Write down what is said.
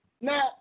Now